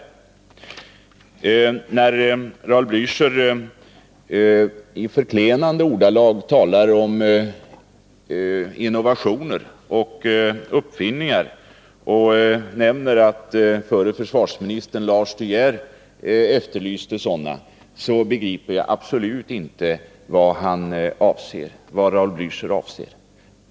När Raul Blächer i förklenande ordalag talar om innovationer och uppfinningar och nämner att förre försvarsministern Lars de Geer efterlyste sådana begriper jag absolut inte vad han avser.